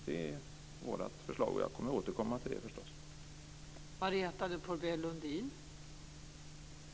Det är vårt förslag, och jag kommer förstås att återkomma till det.